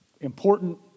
important